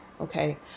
okay